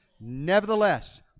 Nevertheless